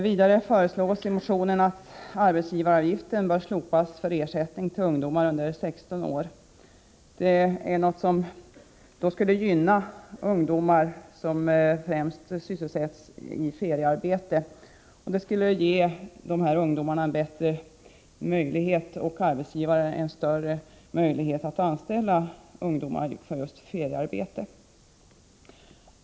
Vidare föreslås i motionen att arbetsgivaravgiften bör slopas för ersättning till ungdomar under 16 år. Detta skulle gynna ungdomar som främst sysselsätts i feriearbete. Det skulle göra det bättre för dessa ungdomar, och arbetsgivarna skulle få större möjligheter att anställa ungdomar för feriearbete.